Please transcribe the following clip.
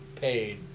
paid